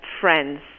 friend's